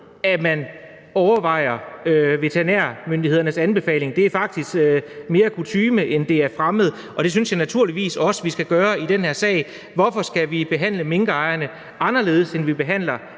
at man overvejer veterinærmyndighedernes anbefalinger, det er faktisk mere kutyme, end det er fremmed for nogen, og det synes jeg naturligvis også vi skal gøre i den her sag. Hvorfor skal vi behandle minkavlerne anderledes, end vi behandler